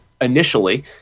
initially